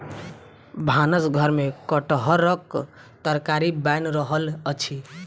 भानस घर में कटहरक तरकारी बैन रहल अछि